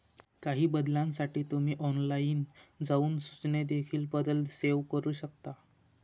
काही बदलांसाठी तुम्ही ऑनलाइन जाऊन सूचनेतील बदल सेव्ह करू शकता